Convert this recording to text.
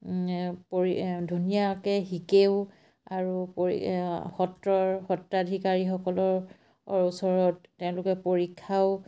পৰি ধুনীয়াকে শিকেও আৰু পৰি সত্ৰৰ সত্ৰাধিকাৰীসকলৰ ওচৰত তেওঁলোকে পৰীক্ষাও